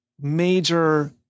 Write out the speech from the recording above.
major